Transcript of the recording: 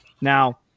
Now